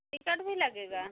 ticket भी लगेगा